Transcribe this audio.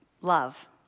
love